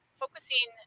focusing